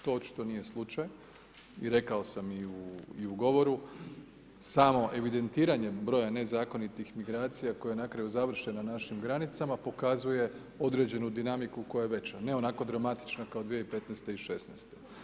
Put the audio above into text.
To očito nije slučaj i rekao sam i u govoru samo evidentiranjem broja nezakonitih migracija koje na kraju završe na našim granicama pokazuje određenu dinamiku koja je veća, ne onako dramatična kao 2015. i 2016.